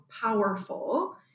powerful